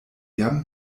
jam